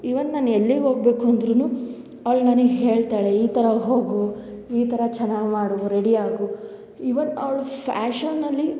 ಇವನ್ ನಾನು ಎಲ್ಲಿಗೆ ಹೋಗಬೇಕು ಅಂದರೂ ಅವ್ಳು ನನಗೆ ಹೇಳ್ತಾಳೆ ಈ ಥರ ಹೋಗು ಈ ಥರ ಚೆನ್ನಾಗಿ ಮಾಡು ರೆಡಿ ಆಗು ಇವನ್ ಅವ್ಳು ಫ್ಯಾಷನಲ್ಲಿ